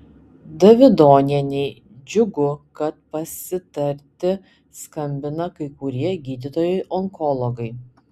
davidonienei džiugu kad pasitarti skambina kai kurie gydytojai onkologai